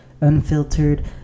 unfiltered